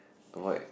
avoid